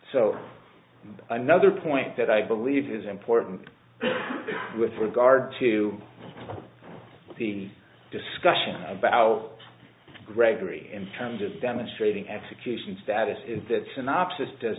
so another point that i believe is important with regard to the discussion about gregory in terms of demonstrating execution status is that synopsis does